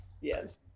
yes